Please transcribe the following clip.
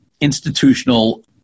institutional